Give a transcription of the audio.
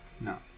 No